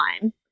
time